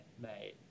mate